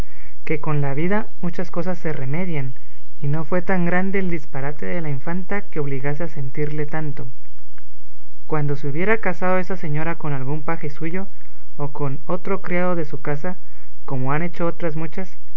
con la vida muchas cosas se remedian y no fue tan grande el disparate de la infanta que obligase a sentirle tanto cuando se hubiera casado esa señora con algún paje suyo o con otro criado de su casa como han hecho otras muchas